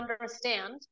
understand